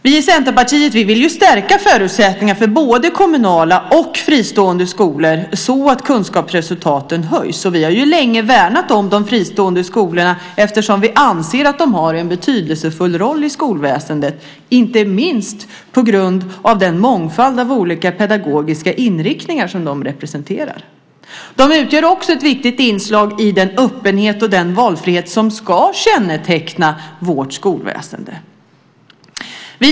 Vi i Centerpartiet vill ju stärka förutsättningarna för både kommunala och fristående skolor så att kunskapsresultaten höjs. Vi har ju länge värnat om de fristående skolorna eftersom vi anser att de har en betydelsefull roll i skolväsendet - inte minst på grund av den mångfald av olika pedagogiska inriktningar som de representerar. De utgör också ett viktigt inslag i den öppenhet och valfrihet som ska känneteckna vårt skolväsende.